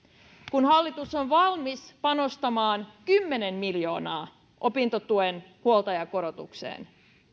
kun hallitus on valmis panostamaan kymmenen miljoonaa opintotuen huoltajakorotukseen